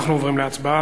אנחנו עוברים להצבעה.